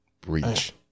Breach